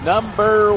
Number